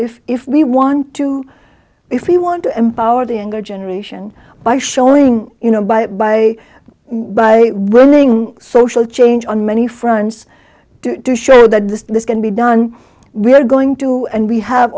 if if we want to if we want to empower the younger generation by showing you know by by by winning social change on many fronts do show that the this can be done we're going to and we have